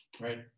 right